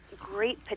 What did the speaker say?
great